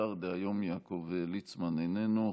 השר דהיום, יעקב ליצמן, איננו.